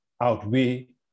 outweigh